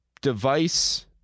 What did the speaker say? device